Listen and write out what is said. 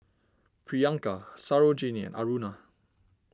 Priyanka Sarojini Aruna